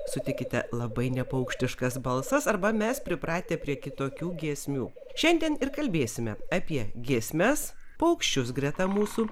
sutikite labai ne paukštiškas balsas arba mes pripratę prie kitokių giesmių šiandien ir kalbėsime apie giesmes paukščius greta mūsų